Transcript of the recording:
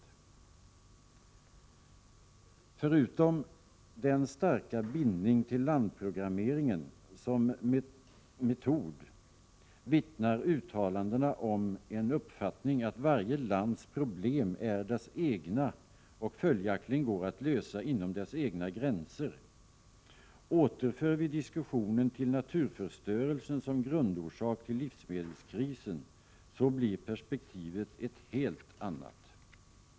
Förutom den starka bindningen till landprogrammeringen som metod vittnar uttalandena om uppfattningen att varje lands problem är dess egna och följaktligen går att lösa inom dess egna gränser. Återför vi diskussionen till naturförstörelsen som grundorsak till livsmedelskrisen, så blir perspektivet ett helt annat.